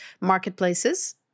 marketplaces